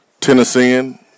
Tennessean